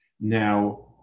Now